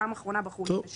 פעם אחרונה בחרו לפני שנה.